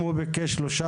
אם הוא ביקש שלושה,